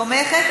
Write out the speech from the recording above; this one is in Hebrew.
תומכת.